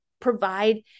provide